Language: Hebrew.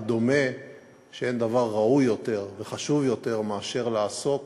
ודומה שאין דבר ראוי יותר וחשוב יותר מאשר לעסוק